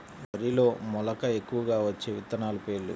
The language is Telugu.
వరిలో మెలక ఎక్కువగా వచ్చే విత్తనాలు పేర్లు?